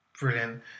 Brilliant